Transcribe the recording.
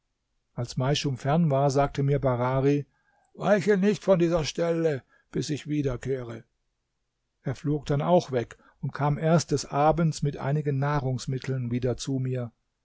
als meischum fern war sagte mir barari weiche nicht von dieser stelle bis ich wiederkehre er flog dann auch weg und kam erst des abends mit einigen nahrungsmitteln wieder zu mir